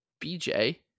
BJ